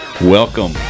welcome